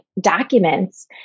documents